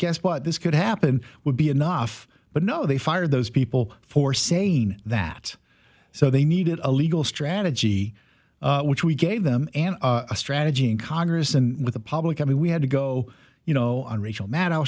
guess what this could happen would be enough but no they fired those people for saying that so they needed a legal strategy which we gave them and a strategy in congress and with the public i mean we had to go you know on rachel ma